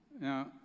Now